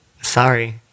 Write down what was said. Sorry